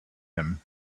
him